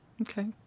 Okay